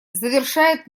завершает